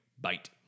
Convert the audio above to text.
bite